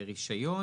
רישיון.